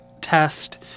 test